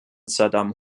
saddam